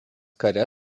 kare